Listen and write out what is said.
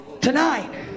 Tonight